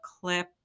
clip